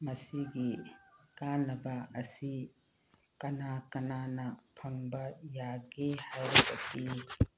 ꯃꯁꯤꯒꯤ ꯀꯥꯟꯅꯕ ꯑꯁꯤ ꯀꯅꯥ ꯀꯅꯥꯅ ꯐꯪꯕ ꯌꯥꯒꯦ ꯍꯥꯏꯔꯒꯗꯤ